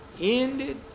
ended